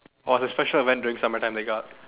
oh it's a special event during summer time they got